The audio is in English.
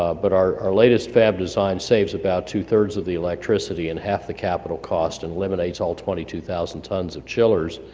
ah but our latest fab design saves about two three of the electricity and half the capital cost, and eliminates all twenty two thousand tons of chillers.